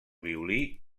violí